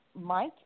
mike